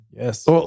Yes